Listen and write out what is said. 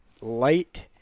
light